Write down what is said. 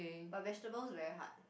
but vegetables very hard